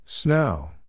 Snow